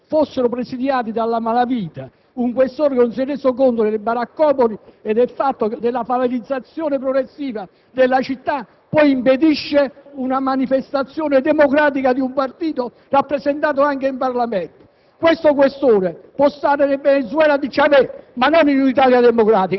che ha permesso che interi pezzi del territorio fossero presidiati dalla malavita; un questore che non si è reso conto delle baraccopoli e della favelizzazione progressiva della città, poi impedisce una manifestazione democratica di un partito rappresentato in Parlamento.